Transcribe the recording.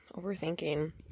Overthinking